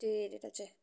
त्यो हेरेर चाहिँ